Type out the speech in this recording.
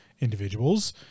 individuals